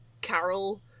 Carol